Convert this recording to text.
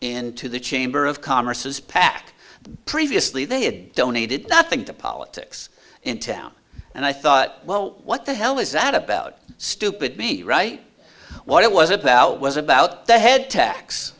into the chamber of commerce's pac previously they had donated nothing to politics in town and i thought well what the hell is that about stupid me right what it was about was about to head tax